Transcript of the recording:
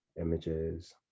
images